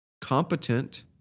Competent